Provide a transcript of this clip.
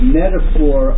metaphor